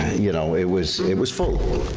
you know, it was it was full.